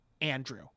Andrew